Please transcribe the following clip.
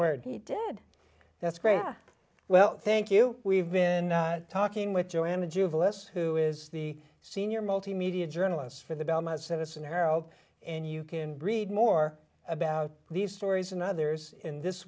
word he did that's great well thank you we've been talking with joanna juve less who is the senior multimedia journalist for the belmont citizen herald and you can breed more about these stories and others in this